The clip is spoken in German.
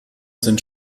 sind